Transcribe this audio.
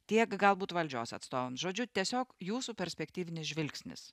tiek galbūt valdžios atstovam žodžiu tiesiog jūsų perspektyvinis žvilgsnis